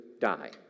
die